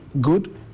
good